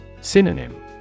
Synonym